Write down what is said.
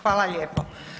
Hvala lijepo.